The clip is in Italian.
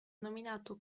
nominato